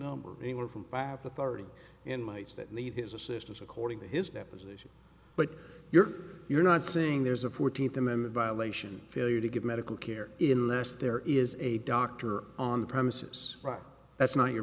number anywhere from five to thirty in my case that need his assistance according to his deposition but you're you're not saying there's a fourteenth amendment violation for you to get medical care in less there is a doctor on the premises but that's not your